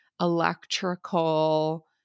electrical